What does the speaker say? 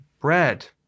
bread